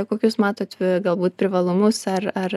kokius matot galbūt privalumus ar ar